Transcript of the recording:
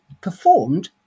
performed